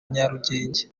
nyarugenge